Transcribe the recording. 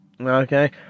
Okay